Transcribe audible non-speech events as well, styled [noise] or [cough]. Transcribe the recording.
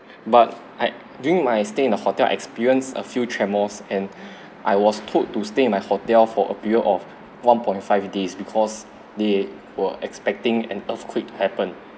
but I during my stay in the hotel experience a few tremors and [breath] I was told to stay in my hotel for a period of one point five days because they were expecting an earthquake happened